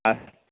अस्तु